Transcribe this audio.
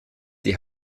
die